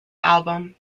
album